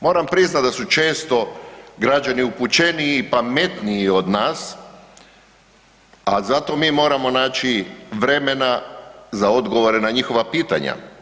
Moram priznat da su često građani upućeniji i pametniji od nas, a zato mi moramo naći vremena za odgovore na njihova pitanja.